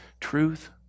truth